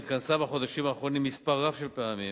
הוועדה התכנסה בחודשים האחרונים מספר רב של פעמים